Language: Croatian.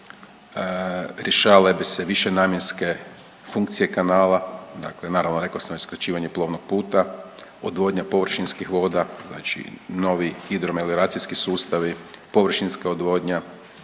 rješavale bi se višenamjenske funkcije kanala, dakle naravno rekao sam već skraćivanje plovnog puta, odvodnja površinskih voda znači novi hidro melioracijski sustavi, površinska odvodnja,